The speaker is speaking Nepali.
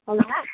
हेलो